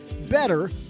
better